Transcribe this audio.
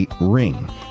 ring